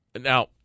Now